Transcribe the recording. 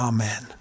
Amen